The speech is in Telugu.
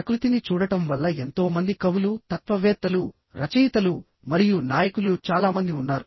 ప్రకృతిని చూడటం వల్ల ఎంతో మంది కవులు తత్వవేత్తలురచయితలు మరియు నాయకులు చాలా మంది ఉన్నారు